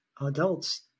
adults